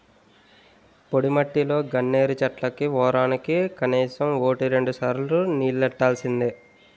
పొడిమట్టిలో గన్నేరు చెట్లకి వోరానికి కనీసం వోటి రెండుసార్లు నీల్లెట్టాల్సిందే